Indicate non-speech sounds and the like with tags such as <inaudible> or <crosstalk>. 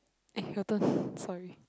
eh your turn <breath> sorry